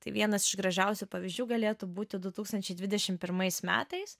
tai vienas iš gražiausių pavyzdžių galėtų būti du tūkstančiai dvidešim pirmais metais